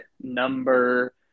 number